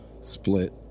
Split